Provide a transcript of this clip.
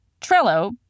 Trello